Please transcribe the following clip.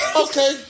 Okay